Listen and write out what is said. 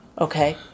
Okay